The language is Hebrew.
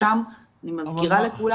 השרה לחיזוק וקידום קהילתי אורלי לוי